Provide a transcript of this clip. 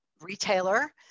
retailer